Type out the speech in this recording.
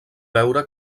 veure